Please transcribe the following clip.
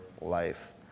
life